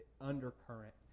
undercurrent